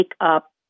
up